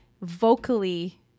vocally